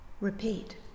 repeat